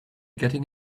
getting